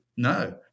No